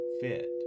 fit